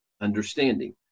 understanding